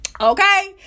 Okay